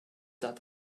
that